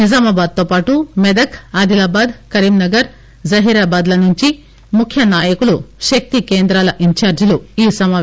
నిజామాబాద్ తో పాటు మెదక్ ఆదిలాబాద్ కరీంనగర్ జహీరాబాద్ ల నుంచి ముఖ్య నాయకులు శక్తి కేంద్రాలు ఇన్చార్టిలు హాజరయ్యారు